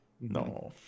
No